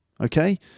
okay